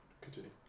Continue